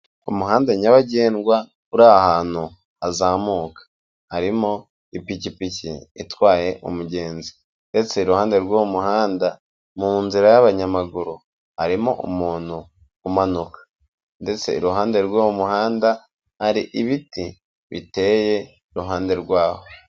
Umuhanda nyabagendwa uri ahantu hazamuka, harimo ipikipiki itwaye umugenzi ndetse iruhande rw'uwo muhanda mu nzira y'abanyamaguru harimo umuntu umanuka ndetse iruhande rw'uwo muhanda hari ibiti biteye iruhande rwaho.